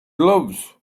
gloves